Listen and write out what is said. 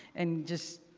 and just,